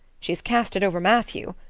she's cast it over matthew.